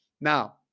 Now